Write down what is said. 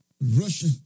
Russia